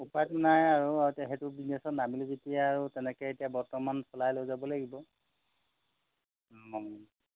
উপাইটো নাই আৰু সেইটো বিজনেছত নামিলোঁ যেতিয়া আৰু তেনেকৈ এতিয়া বৰ্তমান চলাই লৈ যাব লাগিব